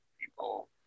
people